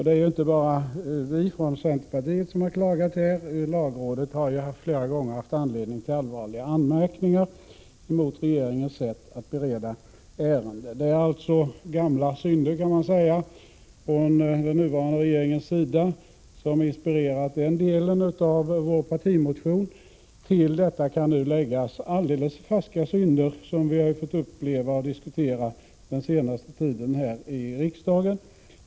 Det är inte bara vi från centern som klagat. Lagrådet har flera gånger haft anledning till allvarlig anmärkning mot regeringens sätt att bereda ärenden. Det är alltså fråga om gamla synder, kan man säga, från den nuvarande regeringens sida som inspirerat denna del av vår partimotion. Till detta kan nu läggas alldeles färska synder som vi fått uppleva och diskutera den senaste tiden i riksdagen.